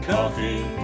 Coffee